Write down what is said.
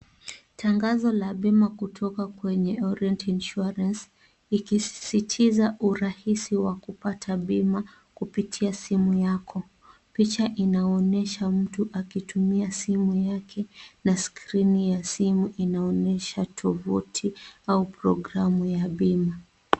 Tangazo la bima kutoka kwenye Orient Insurance ikisisitiza urahisi wa kupata bima kupitia simu yako. Picha inaonyesha mtu akitumia simu yake na skrini ya simu inaonyesha tovuti au programu ya bima.